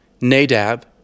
Nadab